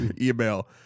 email